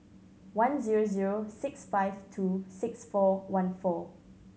one zero zero six five two six four one four